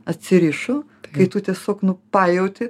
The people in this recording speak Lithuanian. atsirišo kai tu tiesiog nu pajauti